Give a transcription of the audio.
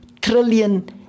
trillion